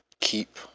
keep